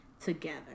together